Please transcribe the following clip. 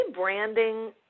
rebranding